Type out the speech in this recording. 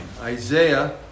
Isaiah